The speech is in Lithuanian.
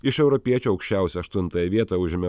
iš europiečių aukščiausią aštuntąją vietą užėmė